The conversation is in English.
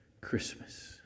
Christmas